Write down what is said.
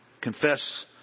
Confess